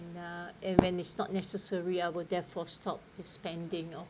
and when is not necessary I will therefore stop to spending all